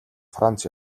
франц